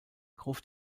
gruft